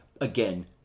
again